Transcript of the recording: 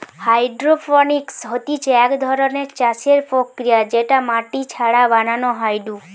hydroponics হতিছে এক ধরণের চাষের প্রক্রিয়া যেটা মাটি ছাড়া বানানো হয়ঢু